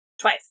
Twice